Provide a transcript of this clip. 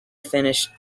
finished